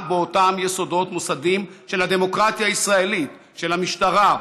באותם יסודות מוסדים של הדמוקרטיה הישראלית: המשטרה,